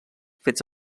fets